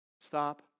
Stop